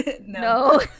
No